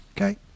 Okay